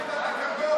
לתקנון.